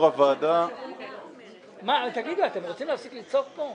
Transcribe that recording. יש מתווה פוחת שהוא אמור להסתיים ב-2020 או ב-2021.